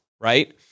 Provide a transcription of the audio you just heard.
Right